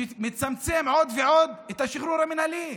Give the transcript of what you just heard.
שמצמצם עוד ועוד את השחרור המינהלי.